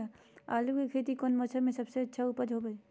आलू की खेती कौन मौसम में सबसे अच्छा उपज होबो हय?